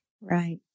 Right